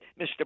Mr